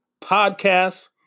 podcast